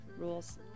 rules